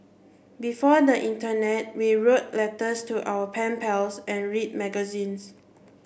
before the internet we wrote letters to our pen pals and read magazines